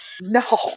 No